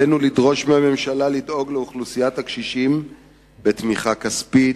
עלינו לדרוש מהממשלה לדאוג לאוכלוסיית הקשישים בתמיכה כספית,